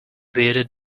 bearded